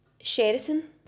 Sheraton